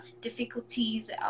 difficulties